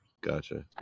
Gotcha